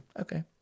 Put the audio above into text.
okay